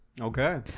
Okay